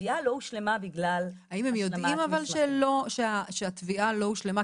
התביעה לא הושלמה בגלל --- האם הם יודעים שהתביעה לא הושלמה,